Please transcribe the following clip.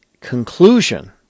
conclusion